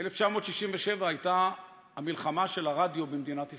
ב-1967 הייתה המלחמה של הרדיו במדינת ישראל.